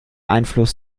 einfluss